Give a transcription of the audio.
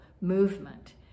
movement